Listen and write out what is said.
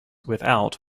without